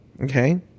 okay